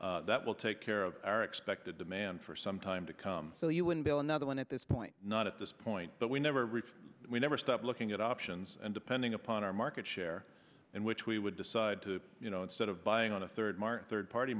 share that will take care of our expected demand for some time to come so you wouldn't bill another one at this point not at this point but we never really we never stopped looking at options and depending upon our market share and which we would decide to you know instead of buying on a third mark third party